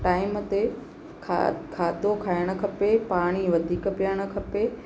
time ते खा खाधो खाइणु खपे पाणी वधीक पीअणु खपे